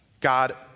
God